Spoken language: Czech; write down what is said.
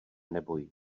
neboj